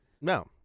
no